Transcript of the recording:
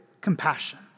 compassion